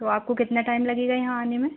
तो आपको कितना टाइम लगेगा यहाँ आने में